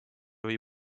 või